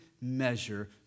measure